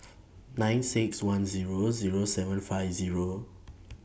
nine six one Zero Zero seven five Zero